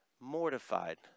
mortified